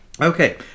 Okay